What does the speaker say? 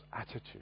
attitude